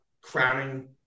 crowning